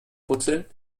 brutzeln